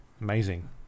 Amazing